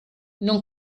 non